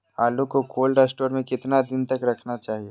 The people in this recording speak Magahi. आलू को कोल्ड स्टोर में कितना दिन तक रखना चाहिए?